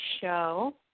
show